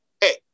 Hey